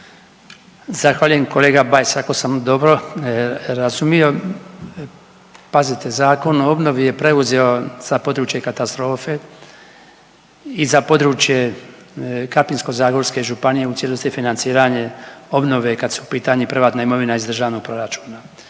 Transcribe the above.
Zahvaljujem kolega Bajs. Ako sam dobro razumio, pazite Zakon o obnovi je preuzeo za područje katastrofe i za područje Krapinsko-zagorske županije u cijelosti financiranje obnove kad su u pitanju privatna imovina, iz državnog proračuna.